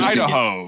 Idaho